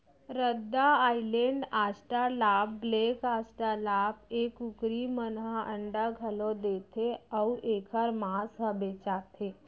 रद्दा Island, Australorp, black Australorp ए कुकरी मन ह अंडा घलौ देथे अउ एकर मांस ह बेचाथे